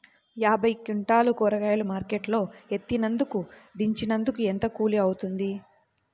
యాభై క్వింటాలు కూరగాయలు మార్కెట్ లో ఎత్తినందుకు, దించినందుకు ఏంత కూలి అవుతుంది?